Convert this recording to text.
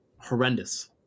Horrendous